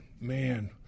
Man